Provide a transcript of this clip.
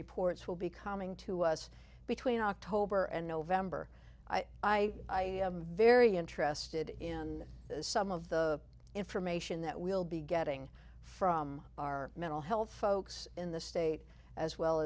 reports will be coming to us between october and november i am very interested in some of the information that we'll be getting from our mental health folks in the state as well